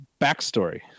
backstory